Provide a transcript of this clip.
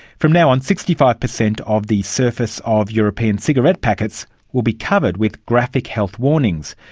from now on sixty five percent of the surface of european cigarette packets will be covered with graphic health warnings,